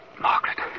Margaret